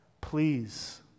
Please